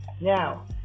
Now